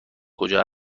کجا